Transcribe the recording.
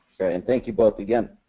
and thank you both, again.